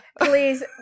please